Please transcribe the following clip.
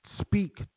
speak